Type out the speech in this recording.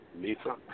Lisa